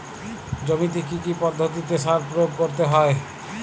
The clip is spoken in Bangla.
জমিতে কী কী পদ্ধতিতে সার প্রয়োগ করতে হয়?